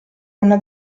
una